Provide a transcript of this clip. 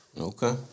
Okay